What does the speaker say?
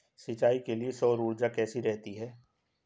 सिंचाई के लिए सौर ऊर्जा कैसी रहती है?